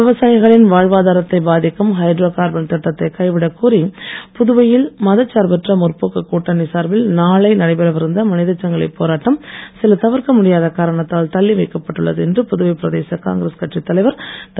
விவசாயிகளின் வாழ்வாதாரத்தை பாதிக்கும் ஹைட்ரோ கார்பன் திட்டத்தை கைவிடக் கூறி புதுவையில் மதசார்பற்ற முற்போக்கு கூட்டணி சார்பில் நாளை நடைபெறவிருந்த மனிதசங்கிலி போராட்டம் சில தவிர்க்க முடியாத காரணத்தால் தள்ளி வைக்கப்பட்டுள்ளது என்று புதுவை பிரதேச காங்கிரஸ் கட்சி தலைவர் திரு